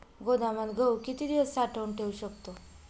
गोदामात गहू किती दिवस साठवून ठेवू शकतो?